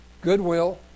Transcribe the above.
Goodwill